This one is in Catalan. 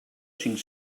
cinc